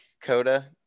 Coda